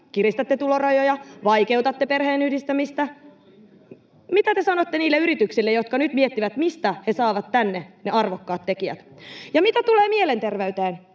poistaneet itsekään sitä saatavuusharkintaa!] Mitä te sanotte niille yrityksille, jotka nyt miettivät, mistä he saavat tänne ne arvokkaat tekijät? Ja mitä tulee mielenterveyteen,